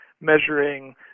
measuring